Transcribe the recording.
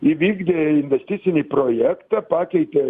įvykdė investicinį projektą pakeitė